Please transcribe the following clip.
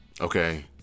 okay